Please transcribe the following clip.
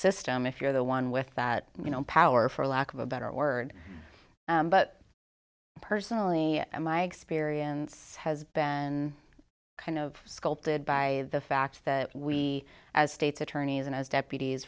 system if you're the one with that you know power for lack of a better word but personally my experience has been kind of sculpted by the fact that we as state's attorneys and as d